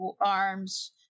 arms